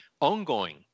ongoing